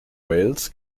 wales